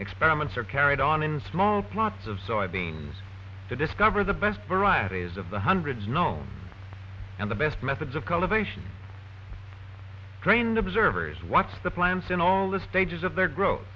experiments are carried on in small plots of so i beans to discover the best varieties of the hundreds known and the best methods of collaborations trained observers what's the plants in all the stages of their growth